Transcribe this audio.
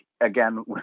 again